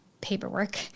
paperwork